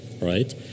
right